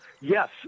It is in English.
Yes